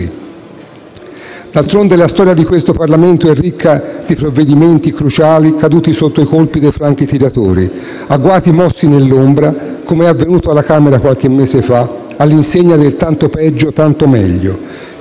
D'altronde, la storia di questo Parlamento è ricca di provvedimenti cruciali caduti sotto i colpi dei franchi tiratori. Agguati mossi nell'ombra, com'è avvenuto alla Camera qualche mese fa, all'insegna del tanto peggio, tanto meglio.